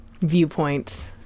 viewpoints